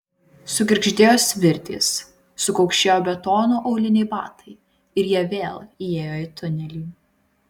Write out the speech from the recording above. sugirgždėjo svirtys sukaukšėjo betonu auliniai batai ir jie vėl įėjo į tunelį